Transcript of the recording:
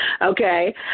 okay